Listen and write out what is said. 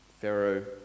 Pharaoh